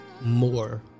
More